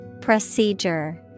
Procedure